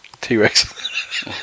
T-Rex